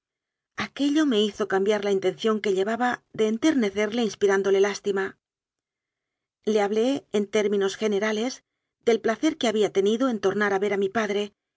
aquello me hizo cambiar la intención que llevaba de enternecerle inspirándole lástima le hablé en términos generales del placer que había tenido en tomar a ver a mi padre